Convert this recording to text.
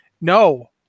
No